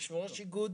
יו"ר איגוד